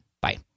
bye